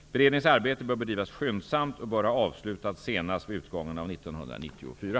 Beredningens arbete bör bedrivas skyndsamt och bör ha avslutats senast vid utgången av 1994.